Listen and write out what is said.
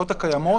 הקיימות,